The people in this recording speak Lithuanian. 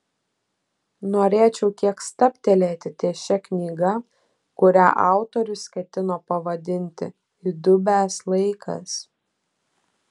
norėčiau kiek stabtelėti ties šia knyga kurią autorius ketino pavadinti įdubęs laikas